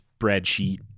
spreadsheet